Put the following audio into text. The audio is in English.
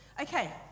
Okay